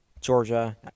Georgia